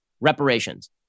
reparations